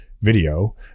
video